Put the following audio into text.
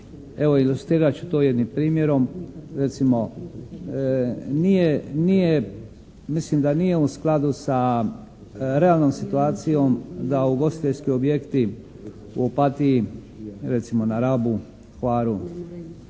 ilustrirat ću to jednim primjerom. Recimo nije, nije mislim da nije u skladu sa realnom situacijom da ugostiteljski objekti u Opatiji, recimo na Rabu, Hvaru,